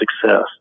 success